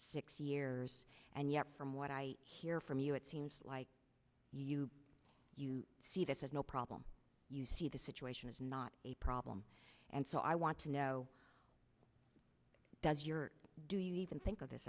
six years and yet from what i hear from you it seems like you you see this as no problem you see the situation is not a problem and so i want to know does your do you even think of this